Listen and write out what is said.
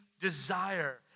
desire